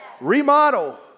remodel